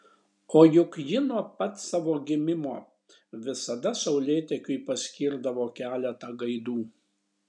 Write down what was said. o juk ji nuo pat savo gimimo visada saulėtekiui paskirdavo keletą gaidų